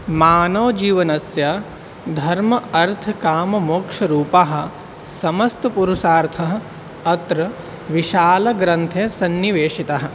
मानवजीवनस्य धर्मः अर्थः मोक्षरूपः समस्तपुरुषार्थः अत्र विशालग्रन्थे सन्निवेशितः